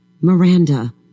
Miranda